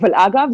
אגב,